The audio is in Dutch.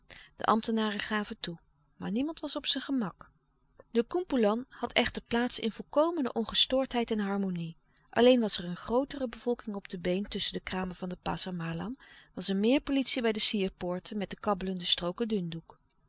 kracht ambtenaren gaven toe maar niemand was op zijn gemak de koempoelan had echter plaats in volkomene ongestoordheid en harmonie alleen was er een grootere bevolking op de been tusschen de kramen van de passer malam was er meer politie bij de sierpoorten met de kabbelende strooken dundoek